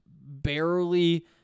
barely